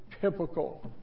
typical